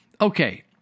Okay